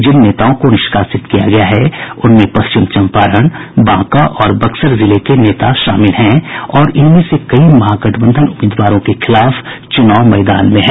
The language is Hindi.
जिन नेताओं को निष्कासित किया गया है उनमें पश्चिम चम्पारण बांका और बक्सर जिले के नेता शामिल हैं और इनमें से कई महागठबंधन उम्मीदवारों के खिलाफ चुनाव मैदान में हैं